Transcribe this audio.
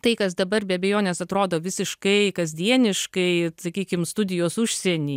tai kas dabar be abejonės atrodo visiškai kasdieniškai sakykim studijos užsieny